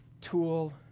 Tool